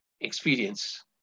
experience